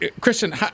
Christian